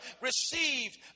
received